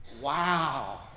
Wow